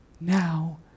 now